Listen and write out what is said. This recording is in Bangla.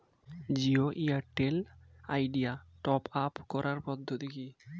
জিও এয়ারটেল আইডিয়া টপ আপ করার পদ্ধতি কি?